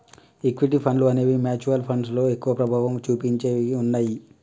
equity ఫండ్లు అనేవి mutual ఫండ్లలో ఎక్కువ ప్రభావం చుపించేవిగా ఉన్నయ్యి